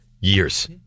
years